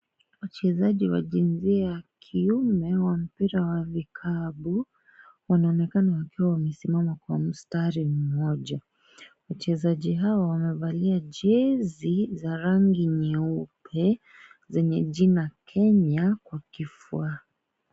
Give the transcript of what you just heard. Wachezaji wa jinsia ya kiume wa mpira wa vikapu wanaonekana wakiwa wamesimama kwa mstari mmoja. Wachezaji hawa wamevalia jezi za rangi nyeupe zenye jina Kenya kwa kifua.